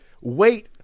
wait